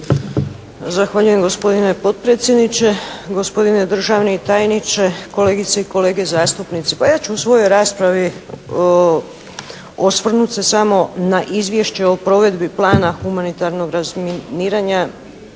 Zahvaljujem gospodine potpredsjedniče. Gospodine državni tajniče, kolegice i kolege zastupnici. Pa ja ću u svojoj raspravi osvrnuti se samo na Izvješće o provedbi plana humanitarnog razminiranja